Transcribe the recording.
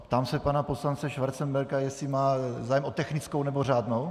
Ptám se pana poslance Schwarzenberga, jestli má zájem o technickou, nebo řádnou.